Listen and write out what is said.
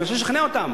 אני מנסה לשכנע אותם